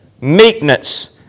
meekness